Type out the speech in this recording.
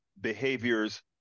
behaviors